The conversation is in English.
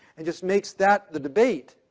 and just makes that the debate,